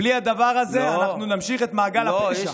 בלי הדבר הזה אנחנו נמשיך את מעגל הפשע.